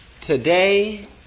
today